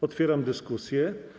Otwieram dyskusję.